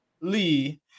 Lee